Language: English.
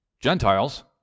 Gentiles